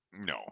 No